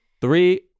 Three